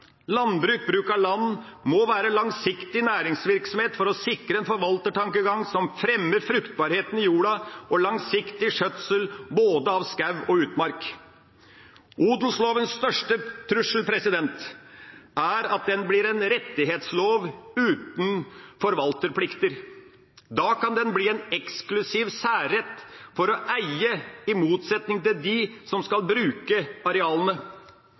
Landbruk, bruk av land, må være langsiktig næringsvirksomhet for å sikre en forvaltertankegang som fremmer fruktbarheten i jorda og langsiktig skjøtsel av både skog og utmark. Odelslovens største trussel er at den blir en rettighetslov uten forvalterplikter. Da kan den bli en eksklusiv særrett til å eie, i motsetning til dem som skal bruke arealene.